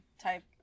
type